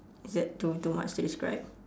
is that too too much to describe